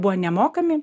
buvo nemokami